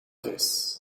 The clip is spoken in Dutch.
vis